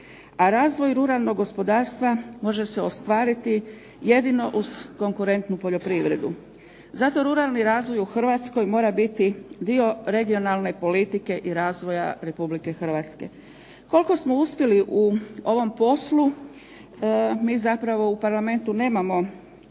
a razvoj ruralnog gospodarstva može se ostvariti jedino uz konkurentnu poljoprivredu. Zato ruralni razvoj u Hrvatskoj mora biti dio regionalne politike i razvoja Republike Hrvatske. Koliko smo uspjeli u ovom poslu mi zapravo u Parlamentu nemamo